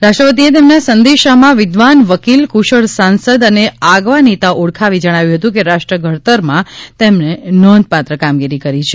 રાષ્ટ્રપતિએ તેમના સંદેશામાં વિદ્વાન વકીલ કુશળ સાંસદ અને આગવા નેતા ઓળખાવી જણાવ્યું હતું કે રાષ્ટ્રઘડતરમાં તેમને નોંધપાત્ર કામગીરી કરી છે